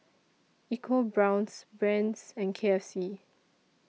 EcoBrown's Brand's and K F C